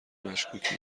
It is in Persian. مشکوک